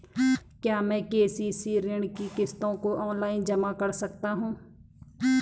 क्या मैं के.सी.सी ऋण की किश्तों को ऑनलाइन जमा कर सकता हूँ?